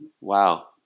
Wow